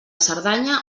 cerdanya